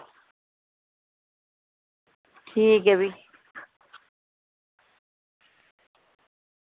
ठीक ऐ फ्ही